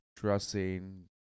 Dressing